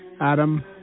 Adam